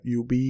UB